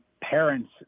parents